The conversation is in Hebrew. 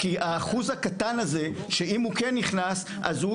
כי האחוז הקטן הזה שאם הוא כן נכנס אז הוא